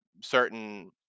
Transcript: certain